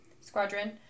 Squadron